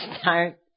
start